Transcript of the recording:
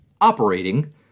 operating